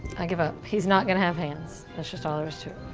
i give up, he's not gonna have hands. that's just all there is to